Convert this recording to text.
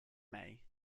may